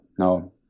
No